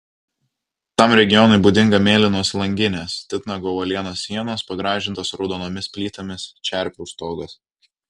tam regionui būdinga mėlynos langinės titnago uolienos sienos pagražintos raudonomis plytomis čerpių stogas